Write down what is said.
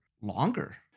longer